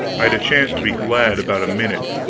i had a chance to be glad about a minute,